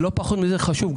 לא פחות חשוב מזה,